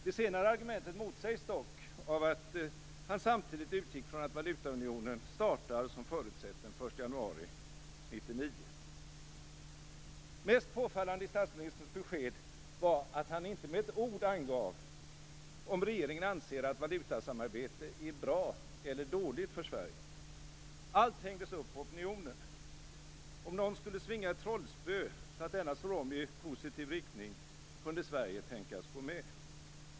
Det senare argumentet motsägs dock av att han samtidigt utgick från att valutaunionen startar som förutsätts den 1 Mest påfallande i statsministerns besked var att han inte med ett ord angav om regeringen anser att valutasamarbete är bra eller dåligt för Sverige. Allt hängdes upp på opinionen. Om någon skulle svinga ett trollspö så att denna slog om i positiv riktning kunde Sverige tänkas gå med.